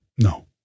No